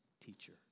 teacher